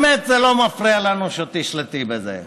באמת לא מפריע לנו שתשלטי בזה.